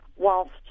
whilst